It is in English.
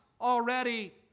already